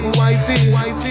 wifey